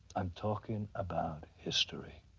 i'm talking about history.